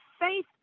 faith